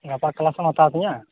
ᱜᱟᱯᱟ ᱠᱞᱟᱥᱮᱢ ᱦᱟᱛᱟᱣ ᱛᱤᱧᱟᱹ